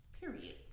Period